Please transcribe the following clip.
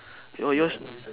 your yours n~